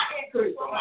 increase